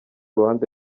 ruhande